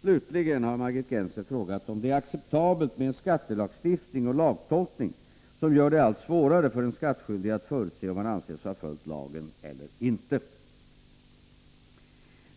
Slutligen har Margit Gennser frågat om det är acceptabelt med en skattelagstiftning och lagtolkning som gör det allt svårare för den skattskyldige att förutse om han anses ha följt lagen eller inte.